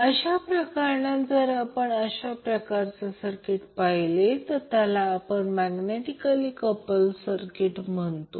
अशा प्रकरणात जर आपण अशा प्रकारचे सर्किट पाहिले त्याला आपण मैग्नेटिकली कप्लड सर्किट म्हणतो